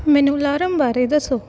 ਮੈਨੂੰ ਅਲਾਰਮ ਬਾਰੇ ਦੱਸੋ